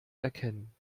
erkennen